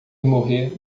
morrer